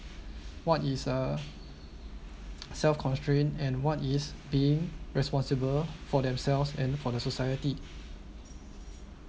what is uh self constrained and what is being responsible for themselves and for the society